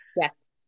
yes